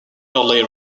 early